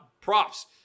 Props